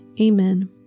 Amen